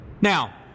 Now